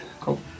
Cool